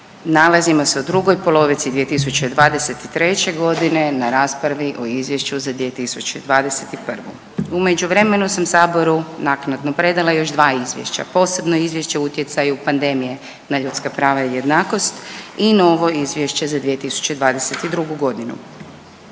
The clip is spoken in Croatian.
Nalazimo se u drugoj polovici 2023. godine na raspravi o Izvješću za 2021. U međuvremenu sam Saboru naknadno predala još dva izvješća – posebno izvješće o utjecaju pandemije na ljudska prava i jednakost i novo izvješće za 2022. godinu.